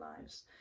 lives